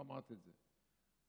לא אמרתי את זה,